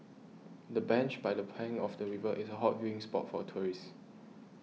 the bench by the bank of the river is a hot viewing spot for tourists